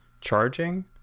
charging